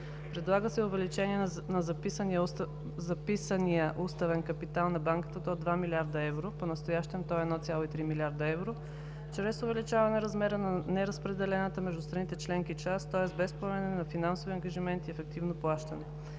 Предлага се и увеличение на записания уставен капитал на Банката до 2 млрд. Евро (понастоящем той е 1,3 млрд. евро) чрез увеличаване размера на неразпределената между страните членки част, тоест без поемане на финансови ангажименти и ефективно плащане.